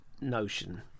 notion